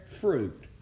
fruit